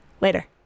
Later